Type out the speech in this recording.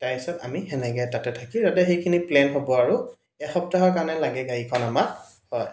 তাৰপিছত আমি তাতে সেনেকৈ থাকি তাতে সেইখিনি প্লেন হ'ব আৰু এসপ্তাহৰ কাৰণে লাগে গাড়ীখন আমাক হয়